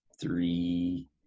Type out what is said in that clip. three